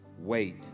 Wait